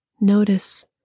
notice